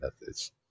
methods